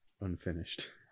Unfinished